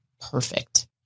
perfect